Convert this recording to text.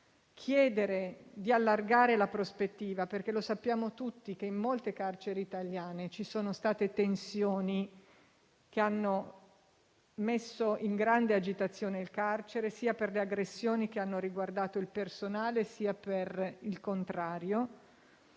chiedere di allargare la prospettiva, perché - lo sappiamo tutti - in molte carceri italiane ci sono state tensioni che hanno messo in grande agitazione il carcere, sia per le aggressioni che hanno riguardato il personale, sia per il contrario,